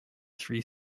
three